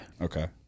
Okay